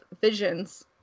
visions